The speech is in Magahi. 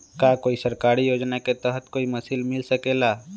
का कोई सरकारी योजना के तहत कोई मशीन मिल सकेला?